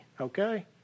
okay